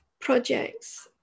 projects